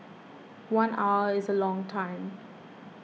one hour is a long time